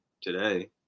today